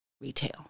retail